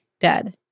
dead